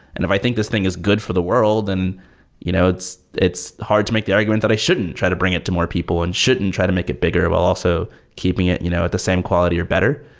and if i think this thing is good for the world, and you know then it's hard to make the argument that i shouldn't try to bring it to more people and shouldn't try to make it bigger while also keeping it you know at at the same quality or better.